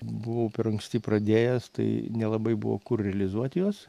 buvau per anksti pradėjęs tai nelabai buvo kur realizuoti jos